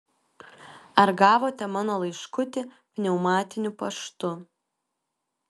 ar gavote mano laiškutį pneumatiniu paštu